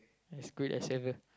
it's good as heaven